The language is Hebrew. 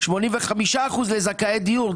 85% לזכאי דיור,